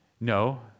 No